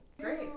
Great